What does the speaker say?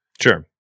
Sure